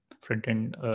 front-end